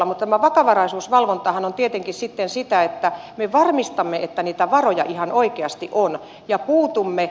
mutta tämä vakavaraisuusvalvontahan on tietenkin sitten sitä että me varmistamme että niitä varoja ihan oikeasti on ja puutumme